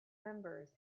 members